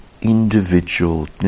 individual